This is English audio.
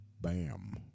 Bam